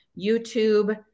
YouTube